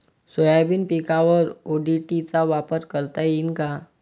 Soybean पिकावर ODT चा वापर करता येईन का?